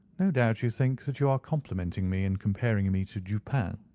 no doubt you think that you are complimenting me in comparing me to dupin,